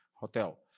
hotel